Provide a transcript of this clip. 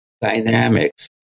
dynamics